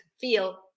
feel